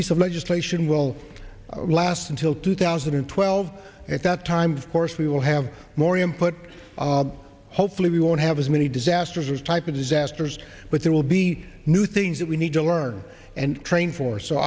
piece of legislation will last until two thousand and twelve and at that time of course we will have more in put hopefully we won't have as many disasters as type of disasters but there will be new things that we need to learn and train for so